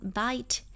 bite